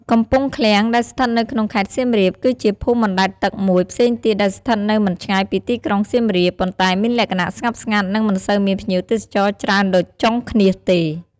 កំពង់ឃ្លាំង ដែលស្ថិតនៅក្នុង ខេត្តសៀមរាប គឺជាភូមិបណ្ដែតទឹកមួយផ្សេងទៀតដែលស្ថិតនៅមិនឆ្ងាយពីទីក្រុងសៀមរាប ប៉ុន្តែមានលក្ខណៈស្ងប់ស្ងាត់ និងមិនសូវមានភ្ញៀវទេសចរច្រើនដូចចុងឃ្នាសទេ។